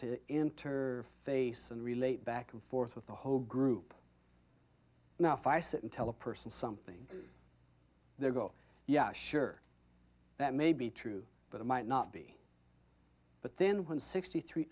to interface and relate back and forth with the whole group now if i sit and tell a person something there go yeah sure that may be true but it might not be but then when sixty three